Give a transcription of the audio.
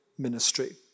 ministry